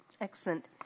Excellent